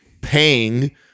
paying